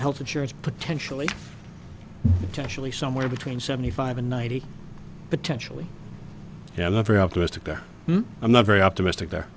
health insurance potentially potentially somewhere between seventy five and ninety potentially you have a very optimistic i'm not very optimistic there